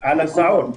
הסעות.